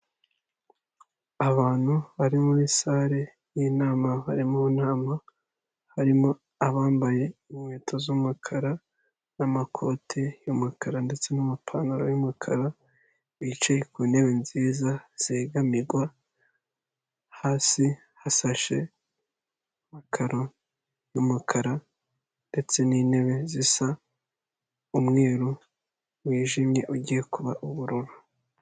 Abantu bari muri sale y'inama bari mu nama harimo abambaye inkweto z'umukara n'amakote y'umukara ndetse n'amapantalo y'umukara bicaye ku ntebe nziza zegamirwa, hasi hasashe amakaro y'umukara ndetse n'intebe zisa umweru wijimye ugiye kuba ubururu.